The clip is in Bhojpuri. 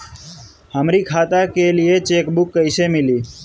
हमरी खाता के लिए चेकबुक कईसे मिली?